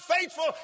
faithful